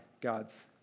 God's